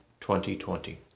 2020